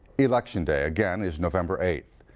election day, again, is november eighth.